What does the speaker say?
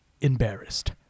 embarrassed